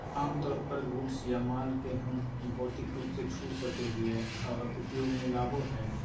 आमतौर पर गुड्स या माल के हम भौतिक रूप से छू सको हियै आर उपयोग मे लाबो हय